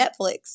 Netflix